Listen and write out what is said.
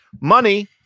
Money